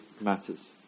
matters